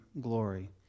glory